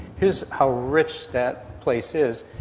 here's how rich that place is,